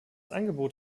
angebot